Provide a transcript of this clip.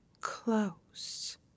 close